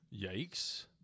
Yikes